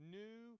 new